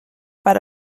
per